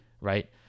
right